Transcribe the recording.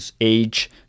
age